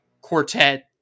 quartet